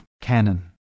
Canon